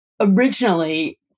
originally